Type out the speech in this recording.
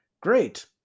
Great